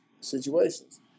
situations